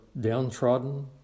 downtrodden